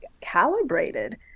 calibrated